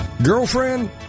Girlfriend